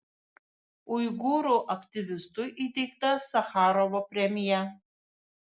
uigūrų aktyvistui įteikta sacharovo premija